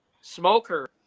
smoker